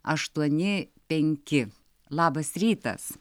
aštuoni penki labas rytas